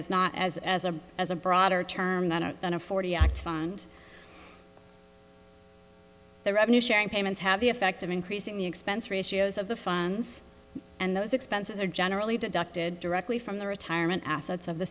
as not as as a as a broader term than a on a forty act and the revenue sharing payments have the effect of increasing the expense ratios of the funds and those expenses are generally deducted directly from the retirement assets of the